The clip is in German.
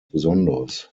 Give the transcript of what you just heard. besonderes